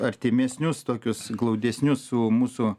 artimesnius tokius glaudesnius su mūsų